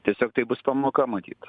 tiesiog tai bus pamoka matyt